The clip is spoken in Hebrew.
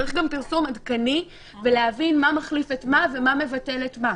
צריך גם פרסום עדכני ולהבין מה מחליף את מה ומה מבטל את מה.